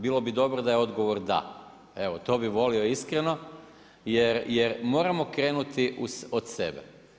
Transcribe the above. Bilo bi dobro da je odgovor da, evo to bih volio iskreno jer moramo krenuti od sebe.